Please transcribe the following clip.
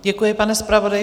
Děkuji, pane zpravodaji.